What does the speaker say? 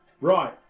right